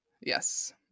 Yes